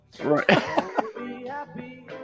Right